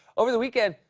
over the weekend,